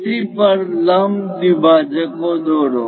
AC પર લંબ દ્વિભાજકો દોરો